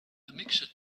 mixture